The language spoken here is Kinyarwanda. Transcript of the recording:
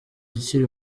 akiri